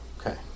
Okay